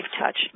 touch